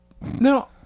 No